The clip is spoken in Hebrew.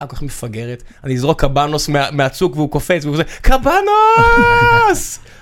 אני כל כך מפגרת, אני אזרוק קבנוס מהצוק והוא קופץ וקופץ, קבנוס!